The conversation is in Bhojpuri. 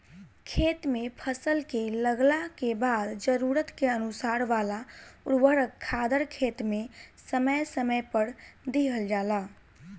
खेत में फसल के लागला के बाद जरूरत के अनुसार वाला उर्वरक खादर खेत में समय समय पर दिहल जाला